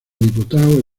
diputados